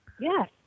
Yes